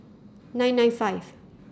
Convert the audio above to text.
nine nine five